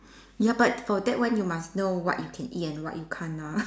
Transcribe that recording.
ya but for that one you must know what you can eat and what you can't lah